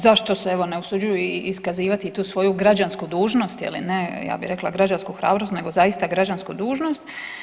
Zašto se, evo, ne usuđuju i iskazivati tu svoju građansku dužnost, je li, ne, ja bih rekla građansku hrabrost nego zaista građansku dužnost.